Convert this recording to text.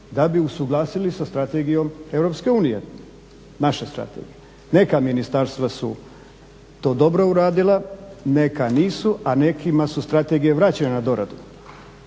da bi usuglasili sa strategijom EU naše strategije, neka ministarstva su to dobro uradila, neka nisu a nekima su strategije vraćene na doradu,